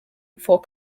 before